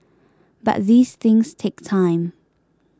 but these things take time